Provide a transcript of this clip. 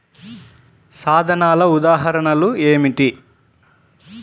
సాధనాల ఉదాహరణలు ఏమిటీ?